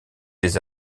des